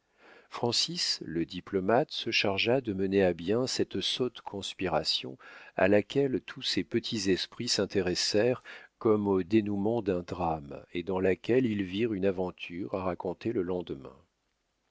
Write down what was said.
le diplomate se chargea de mener à bien cette sotte conspiration à laquelle tous ces petits esprits s'intéressèrent comme au dénouement d'un drame et dans laquelle ils virent une aventure à raconter le lendemain